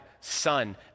son